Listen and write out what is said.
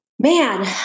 Man